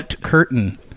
curtain